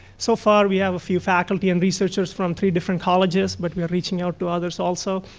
so far we have a few faculty and researchers from three different colleges, but we are reaching out to others also.